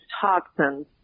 toxins